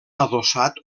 adossat